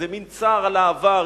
זה מין צער על העבר,